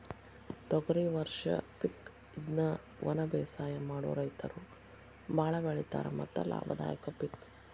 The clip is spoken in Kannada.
ತೊಗರಿ ವರ್ಷ ಪಿಕ್ ಇದ್ನಾ ವನಬೇಸಾಯ ಮಾಡು ರೈತರು ಬಾಳ ಬೆಳಿತಾರ ಮತ್ತ ಲಾಭದಾಯಕ ಪಿಕ್